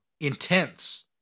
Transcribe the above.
intense